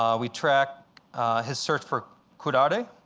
um we track his search for curare.